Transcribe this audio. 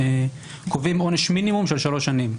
קובעים עונש מינימום של שלוש שנים.